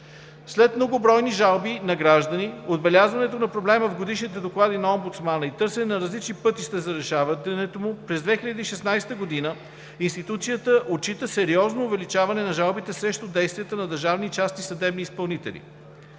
След многобройни жалби на граждани, отбелязването на проблема в годишните доклади на омбудсмана и търсене на различни пътища за разрешаването му, през 2016 г. институцията отчита сериозно увеличаване на жалбите срещу действията на държавните и частните съдебни изпълнители.